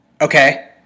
Okay